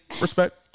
Respect